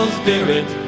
spirit